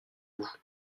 vous